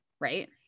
Right